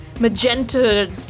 magenta